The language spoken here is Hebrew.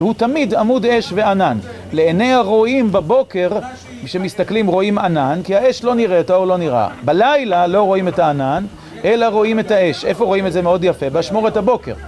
הוא תמיד עמוד אש וענן, לעיני הרואים בבוקר כשמסתכלים רואים ענן כי האש לא נראית או לא נראה בלילה לא רואים את הענן אלא רואים את האש, איפה רואים את זה מאוד יפה? באשמורת הבוקר